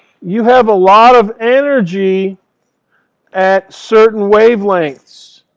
you have a lot of energy at certain wavelengths.